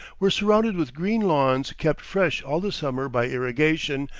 were surrounded with green lawns kept fresh all the summer by irrigation,